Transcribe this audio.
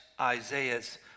Isaiah's